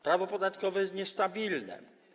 Prawo podatkowe jest niestabilne.